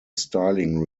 styling